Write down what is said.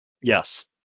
Yes